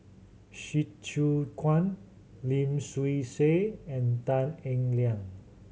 Hsu Tse Kwang Lim Swee Say and Tan Eng Liang